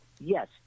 Yes